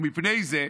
ומפני זה,